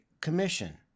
Commission